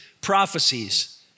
prophecies